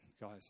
guys